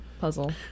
puzzle